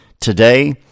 today